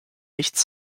nichts